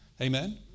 Amen